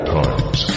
times